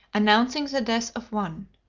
announcing the death of one.